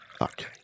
Okay